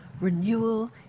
renewal